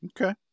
Okay